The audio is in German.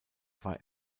war